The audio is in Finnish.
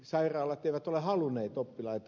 sairaalat eivät ole halunneet oppilaita